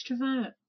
extrovert